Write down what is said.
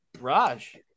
Raj